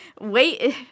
wait